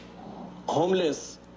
homeless